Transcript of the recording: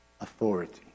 authority